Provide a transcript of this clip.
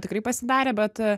tikrai pasidarė bet